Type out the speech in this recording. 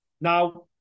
Now